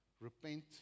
repent